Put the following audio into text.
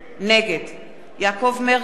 נגד יעקב מרגי,